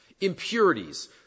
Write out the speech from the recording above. Impurities